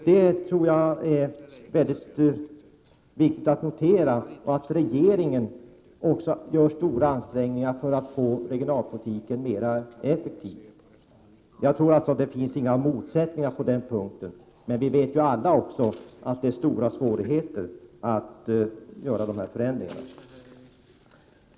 Detta är viktigt att notera, liksom att regeringen gör stora ansträngningar för att göra regionalpolitiken mer effektiv. Det finns inga motsättningar på den punkten. Men vi vet alla att det innebär stora svårigheter att göra dessa förändringar.